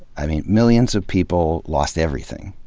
i mean, millions of people lost everything.